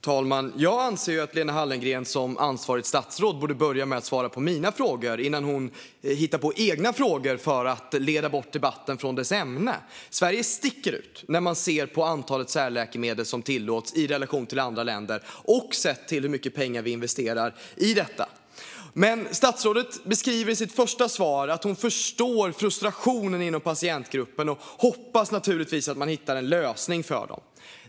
Fru talman! Jag anser att Lena Hallengren som ansvarigt statsråd borde börja med att svara på mina frågor innan hon hittar på egna frågor för att leda bort debatten från dess ämne. Sverige sticker ut när man ser på antalet särläkemedel som tillåts i relation till andra länder och sett till hur mycket pengar vi investerar i detta. Statsrådet beskriver i sitt första svar att hon förstår frustrationen inom patientgruppen och naturligtvis hoppas att man hittar en lösning för den.